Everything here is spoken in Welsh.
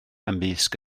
ymysg